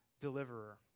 deliverer